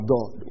God